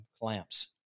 clamps